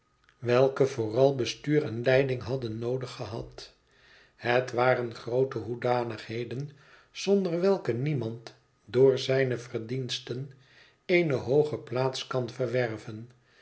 welke vooral bestuur en leiding hadden noodig gehad het waren groote hoedanigheden zonder welke niemand door zijne verdiensten eene hooge plaats kan verwerven